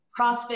CrossFit